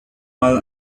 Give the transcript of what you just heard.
mal